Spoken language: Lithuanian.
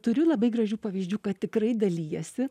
turiu labai gražių pavyzdžių kad tikrai dalijasi